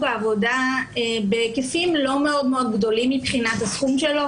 העבודה בהיקפים לא מאוד גדולים מבחינת הסכום שלו.